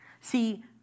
See